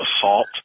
assault